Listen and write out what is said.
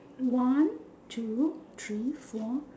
one two three four